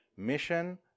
mission